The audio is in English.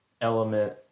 element